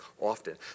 often